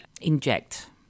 inject